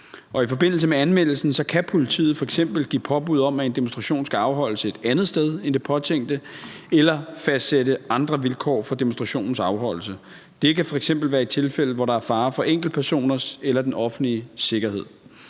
I forbindelse med anmeldelsen kan politiet f.eks. give påbud om, at en demonstration skal afholdes et andet sted end det påtænkte, eller fastsætte andre vilkår for demonstrationens afholdelse. Det kan f.eks. være i tilfælde, hvor der er fare for enkeltpersoners eller den offentlige sikkerhed.